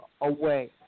away